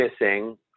missing